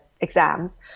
exams